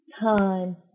time